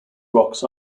rocks